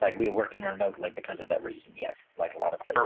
like we worked in remotely because of that reason yes like a lot of